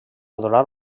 adorar